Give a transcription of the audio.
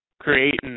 creating